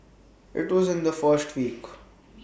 IT was in the first week